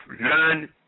learn